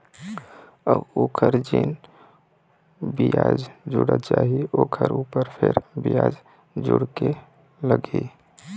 अऊ ओखर जेन बियाज जुड़त जाही ओखर ऊपर फेर बियाज जुड़ के लगही